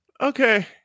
Okay